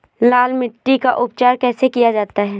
लाल मिट्टी का उपचार कैसे किया जाता है?